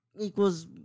equals